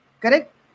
Correct